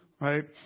Right